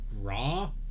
Raw